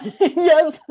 Yes